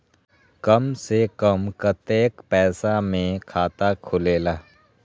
कम से कम कतेइक पैसा में खाता खुलेला?